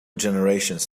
generations